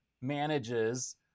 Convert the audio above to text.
manages